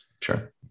Sure